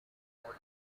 water